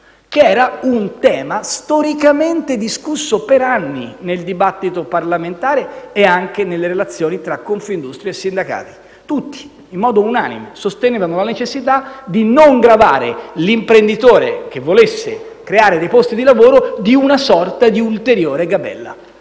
che era un tema storicamente discusso, per anni, nel dibattito parlamentare e anche nelle relazioni tra Confindustria e sindacati. Tutti, in modo unanime, sostenevano la necessità di non gravare l'imprenditore che volesse creare dei posti di lavoro di una sorta di ulteriore gabella,